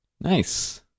Nice